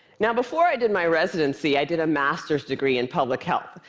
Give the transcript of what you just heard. now, before i did my residency, i did a master's degree in public health,